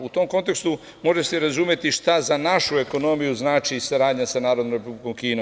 U tom kontekstu može se razumeti šta za našu ekonomiju znači saradnja sa Narodnom Republikom Kinom.